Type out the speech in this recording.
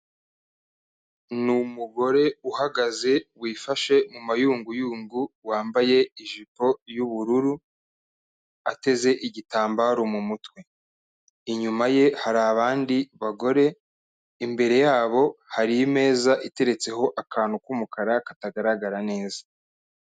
Ni umugore uhagaze wifashe mu mayunguyungu wambaye ijipo y'ubururu, ateze igitambaro mu mutwe. Inyuma ye hari abandi bagore, imbere yabo hari imeza iteretseho akantu k'umukara katagaragara neza.